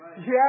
Yes